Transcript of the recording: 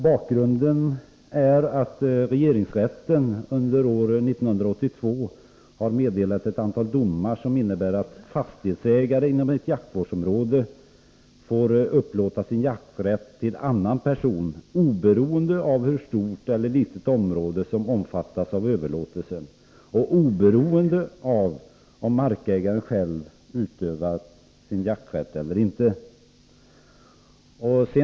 Bakgrunden är att regeringsrätten under år 1982 har meddelat ett antal domar som innebär att fastighetsägare inom ett jaktvårdsområde får upplåta sin jakträtt till annan person, oberoende av hur stort eller litet område som omfattas av överlåtelsen och oberoende av om markägaren själv utövat sin jakträtt eller inte.